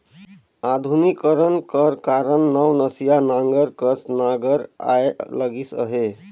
आधुनिकीकरन कर कारन नवनसिया नांगर कस नागर आए लगिस अहे